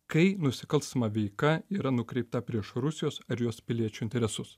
kai nusikalstama veika yra nukreipta prieš rusijos ar jos piliečių interesus